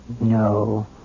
No